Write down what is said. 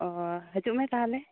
ᱚ ᱦᱤᱡᱩᱜ ᱢᱮ ᱛᱟᱦᱚᱞᱮ